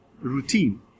routine